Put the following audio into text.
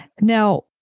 Now